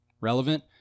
relevant